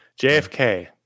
JFK